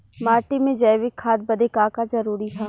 माटी में जैविक खाद बदे का का जरूरी ह?